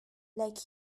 like